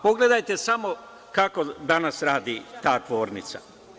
Pogledajte samo kako danas radi ta tvornica.